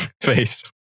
face